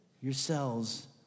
yourselves